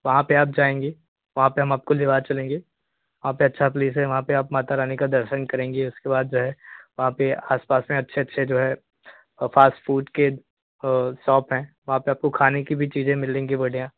वहाँ पे आप जाएँगे वहाँ पे हम आपको लेवा चलेंगे वहाँ पे अच्छा प्लेस वहाँ पे आप माता रानी का दर्शन करेंगे उसके बाद जो है आप है आसपास अच्छे जो है और फ़ास्ट फ़ूड के वो शॉप है वहाँ पे आपको खाने की भी चीज़ें मिलेंगी बढ़िया